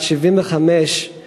בת 75 מנתניה,